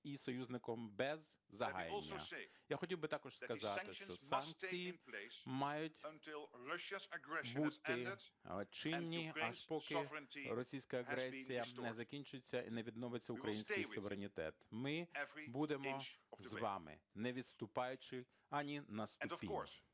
і союзниками без вагання. Я хотів би також сказати, що санкції мають бути чинні, аж поки російська агресія не закінчиться і не відновиться український суверенітет. Ми будемо з вами, не відступаючи ані на ступінь.